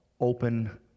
open